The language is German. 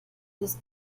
ist